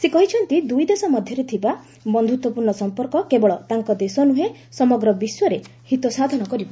ସେ କହିଛନ୍ତି ଦୁଇଦେଶ ମଧ୍ୟରେ ଥିବା ବନ୍ଦୁତ୍ୱପୂର୍ଣ୍ଣ ସମ୍ପର୍କକୁ କେବଳ ତାଙ୍କ ଦେଶ ନୁହେଁ ସମଗ୍ର ବିଶ୍ୱର ହିତାସାଧନ କରିବ